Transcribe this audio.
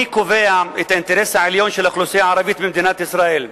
מי קובע את האינטרס העליון של האוכלוסייה הערבית במדינת ישראל?